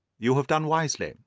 you have done wisely,